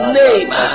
name